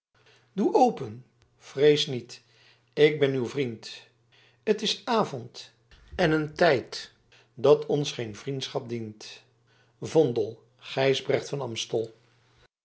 doe op en vrees niet k ben uw vrient t is avont en een tijt dat ons geen vrientschap dient vondel gijsbrecht van